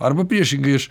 arba priešingai aš